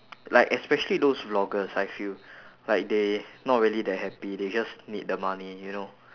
like especially those vloggers I feel like they not really that happy they just need the money you know